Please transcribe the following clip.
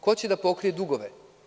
Ko će da pokrije dugove?